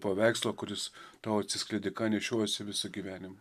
paveikslo kuris tau atsiskleidė ką nešiojiesi visą gyvenimą